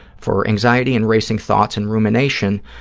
for anxiety and racing thoughts and rumination,